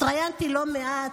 התראיינתי לא מעט,